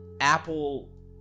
Apple